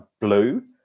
blue